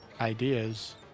ideas